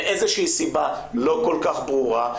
מאיזו שהיא סיבה לא כל כך ברורה,